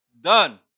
done